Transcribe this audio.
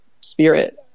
spirit